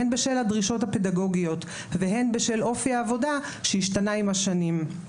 הן בשל הדרישות הפדגוגיות והן בשל אופי העבודה שהשתנה עם השנים.